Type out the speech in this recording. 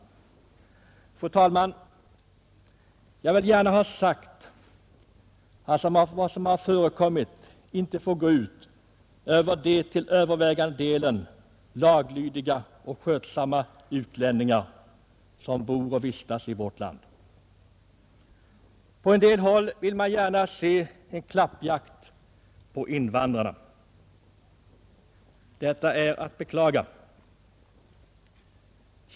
Fru talman! Jag vill gärna ha sagt att vad som nu förekommit inte får gå ut över de laglydiga och skötsamma utlänningar — det är den övervägande delen — som vistas i vårt land. På en del håll vill man gärna se en klappjakt på invandrarna. Detta är att beklaga.